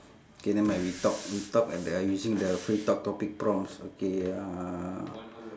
K nevermind we talk we talk at the using the free talk topic prompts okay uh